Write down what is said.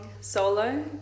solo